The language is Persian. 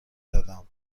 دادم